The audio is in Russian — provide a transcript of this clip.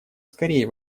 скорее